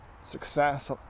success